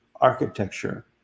architecture